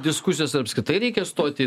diskusijos ar apskritai reikia stoti